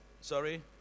sorry